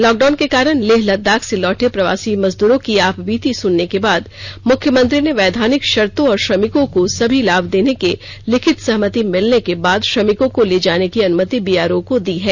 lockdown के कारण लेह लद्दाख से लौटे प्रवासी मजदूरो की आपबीती सुनने के बाद मुख्यमंत्री ने वैधानिक शर्तो और श्रमिकों को सभी लाभ देने के लिखित सहमति मिलने के बाद श्रमिकों को ले जाने की अनुमति बीआरओ को दी है